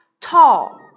Tall